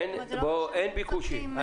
אין ביקושים.